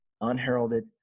unheralded